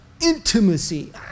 intimacy